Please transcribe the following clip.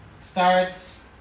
starts